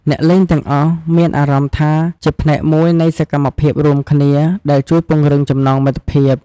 អ្នកលេងទាំងអស់មានអារម្មណ៍ថាជាផ្នែកមួយនៃសកម្មភាពរួមគ្នា ដែលជួយពង្រឹងចំណងមិត្តភាព។